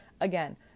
again